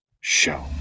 show